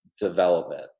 development